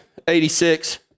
86